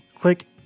click